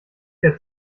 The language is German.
der